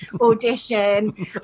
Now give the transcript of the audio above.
audition